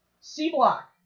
C-Block